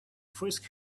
frisk